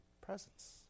presence